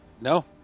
No